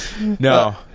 no